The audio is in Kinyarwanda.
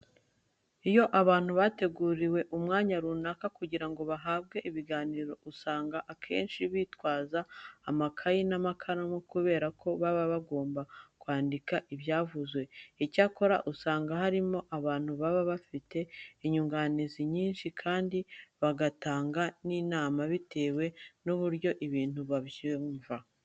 Iyo abantu bateguriwe umwanya runaka kugira ngo bahabwe ibiganiro usanga akenshi bitwaza amakayi n'amakaramu kubera ko baba bagomba kwandika ibyavuzwe. Icyakora usanga harimo abantu baba bafite inyunganizi nyinshi kandi bagatanga n'inama bitewe n'uburyo ibintu babyumva.